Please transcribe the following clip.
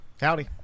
Howdy